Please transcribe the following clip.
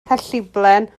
cellbilen